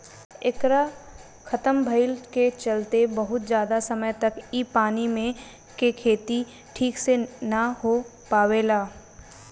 एकरा खतम भईला के चलते बहुत ज्यादा समय तक इ पानी मे के खेती ठीक से ना हो पावेला